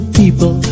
people